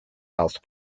house